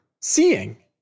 seeing